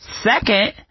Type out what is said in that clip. Second